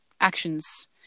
actions